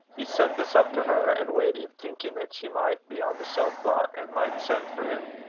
he sent this up to her, and waited, thinking that she might be on the sofa, and might send for him.